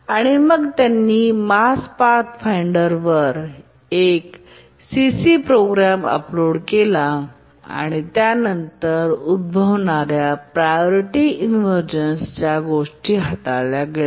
आणि मग त्यांनी मार्स पाथफाइंडरवर एक सी सी प्रोग्राम अपलोड केला आणि त्यानंतर उद्भवणा प्रायोरिटी इन्व्हरझन गोष्टी हाताळल्या गेल्या